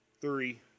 three